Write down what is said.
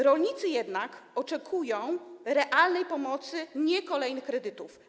Rolnicy jednak oczekują realnej pomocy, nie kolejnych kredytów.